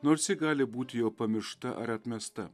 nors ji gali būti jau pamiršta ar atmesta